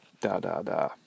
da-da-da